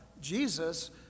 Jesus